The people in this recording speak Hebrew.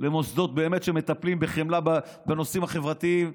למוסדות שמטפלים באמת בחמלה בנושאים החברתיים,